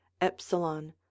epsilon